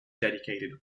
dedicated